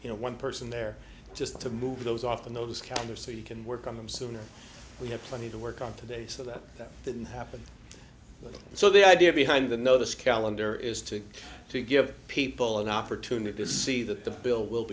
you know one person there just to move those off in those calendar so you can work on them sooner we have plenty to work on today so that that didn't happen so the idea behind the no this calendar is to to give people an opportunity to see that the bill will